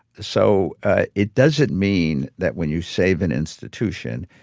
so it doesn't mean that when you save an institution,